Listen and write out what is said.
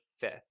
fifth